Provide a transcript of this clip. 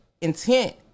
intent